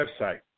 website